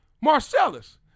Marcellus